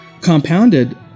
compounded